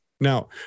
Now